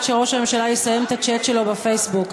שראש הממשלה יסיים את הצ'אט שלו בפייסבוק.